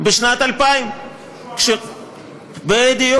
בשנת 2000. בדיוק,